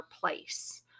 place